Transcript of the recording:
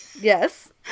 Yes